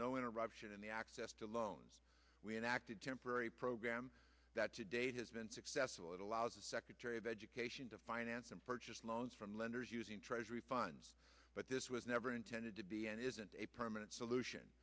no interruption in the access to loans we enacted temporary program that today has been successful it allows the secretary of education to finance and purchase loans from lenders using treasury funds but this was never intended to be and isn't a permanent solution